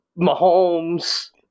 Mahomes –